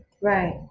Right